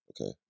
okay